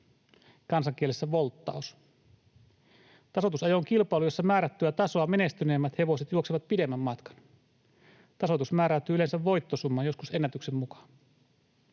kansankielessä volttaus. Tasoitusajo on kilpailu, jossa määrättyä tasoa menestyneemmät hevoset juoksevat pidemmän matkan. Tasoitus määräytyy yleensä voittosumman, joskus ennätyksen mukaan.